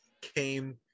came